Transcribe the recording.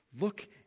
look